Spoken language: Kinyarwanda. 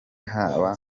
haba